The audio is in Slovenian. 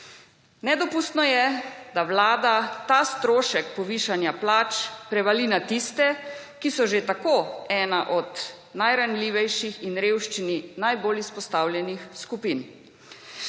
Nedopustno je, da vlada ta strošek povišanja plač prevali na tiste, ki so že tako ena od najranljivejših in revščini najbolj izpostavljenih skupin.